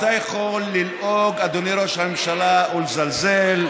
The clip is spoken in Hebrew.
אתה יכול ללעוג, אדוני ראש הממשלה, ולזלזל,